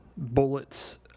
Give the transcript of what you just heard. Bullets